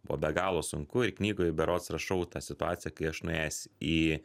buvo be galo sunku ir knygoj berods rašau tą situaciją kai aš nuėjęs į